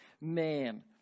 man